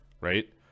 right